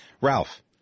Ralph